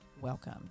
welcome